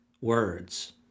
words